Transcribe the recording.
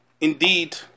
indeed